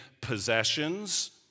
possessions